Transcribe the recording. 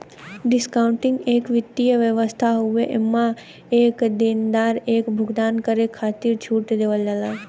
discounting एक वित्तीय व्यवस्था हउवे एमन एक देनदार एक भुगतान करे खातिर छूट देवल जाला